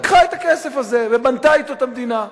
לקחה את הכסף הזה ובנתה אתו את המדינה.